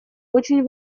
очень